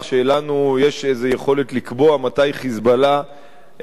יש איזה יכולת לקבוע מתי "חיזבאללה" יירה,